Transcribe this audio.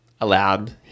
allowed